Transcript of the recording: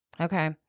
okay